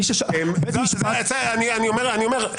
אני אומר,